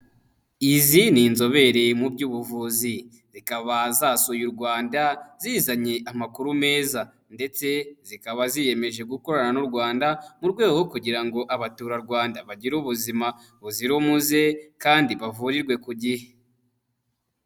Izi ni inzobere mu by'ubuvuzi zikaba zasuye u Rwanda zizanye amakuru meza ndetse zikaba ziyemeje gukorana n'u Rwanda, mu rwego rwo kugira ngo abaturarwanda bagire ubuzima buzira umuze kandi bavurirwe ku gihe.